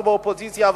אנחנו באופוזיציה,